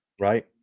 Right